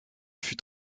fut